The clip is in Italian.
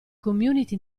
community